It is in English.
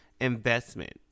investment